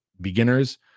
beginners